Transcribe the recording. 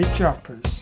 Choppers